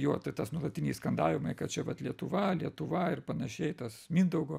jo tai tas nuolatiniai skandavimai kad čia vat lietuva lietuva ir panašiai tas mindaugo